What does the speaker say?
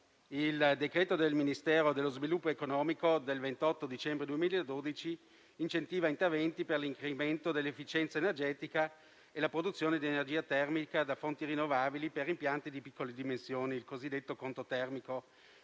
il decreto del Ministero dello sviluppo economico del 28 dicembre 2012 incentiva interventi per l'incremento dell'efficienza energetica e la produzione di energia termica da fonti rinnovabili per impianti di piccole dimensioni, il cosiddetto conto termico,